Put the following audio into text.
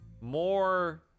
more